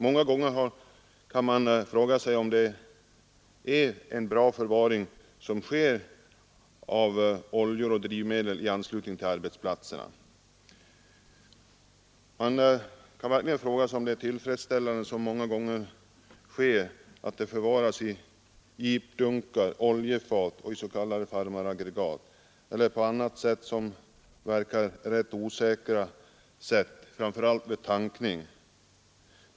Man kan verkligen många gånger fråga sig om förvaringen av oljor och drivmedel i anslutning till arbetsplatserna är tillfredsställande. Förvaringen sker ofta i dunkar, oljefat och s.k. farmaraggregat eller på andra sätt som verkar rätt osäkra ur hanteringssynpunkt; framför allt gäller detta i samband med tankning.